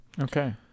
Okay